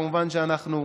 מובן שאנחנו